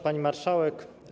Pani Marszałek!